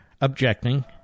objecting